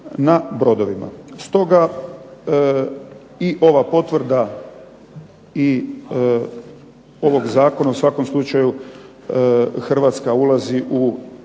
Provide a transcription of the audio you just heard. na brodovima. Stoga i ova potvrda i ovog zakona u svakom slučaju Hrvatska ulazi u